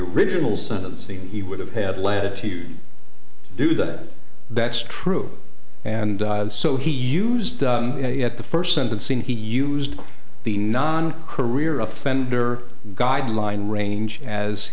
original sentencing he would have had latitude to do that that's true and so he used at the first sentencing he used the non career offender guideline range as